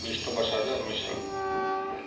Vishnu Prasad Mishra